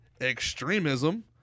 extremism